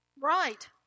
right